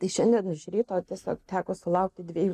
tai šiandien iš ryto tiesiog teko sulaukti dviejų